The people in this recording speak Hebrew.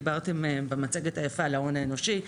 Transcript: דיברתם במצגת היפה על ההון האנושי,